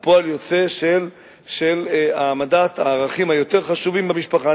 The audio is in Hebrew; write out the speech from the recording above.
הוא פועל יוצא של העמדת הערכים היותר חשובים במשפחה.